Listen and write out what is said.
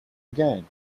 again